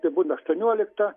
būna aštuonioliktą